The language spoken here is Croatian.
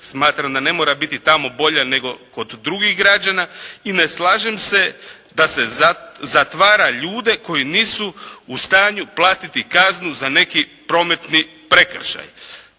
smatram da ne mora biti tamo bolja kod drugih građana i ne slažem se da se ne zatvara ljude koji nisu u stanju platiti kaznu za neki prometni prekršaj.